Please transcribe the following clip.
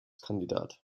kandidat